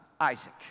Isaac